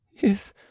If